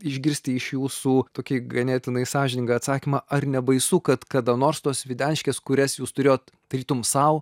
išgirsti iš jūsų tokį ganėtinai sąžiningą atsakymą ar nebaisu kad kada nors tos videniškės kurias jūs turėjot tarytum sau